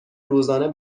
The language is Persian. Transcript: روزانه